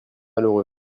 malheureux